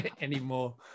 anymore